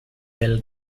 will